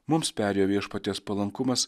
mums perėjo viešpaties palankumas